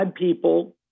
people